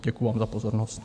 Děkuju vám za pozornost.